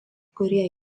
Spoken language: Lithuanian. kurie